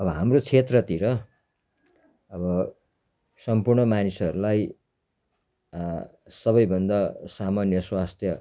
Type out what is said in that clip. अब हाम्रो क्षेत्रतिर अब सम्पूर्ण मानिसहरूलाई सबैभन्दा सामान्य स्वास्थ्य